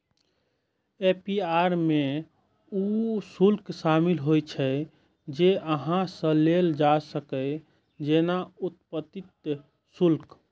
APR मे ऊ शुल्क शामिल होइ छै, जे अहां सं लेल जा सकैए, जेना उत्पत्ति शुल्क